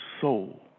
soul